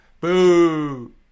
boo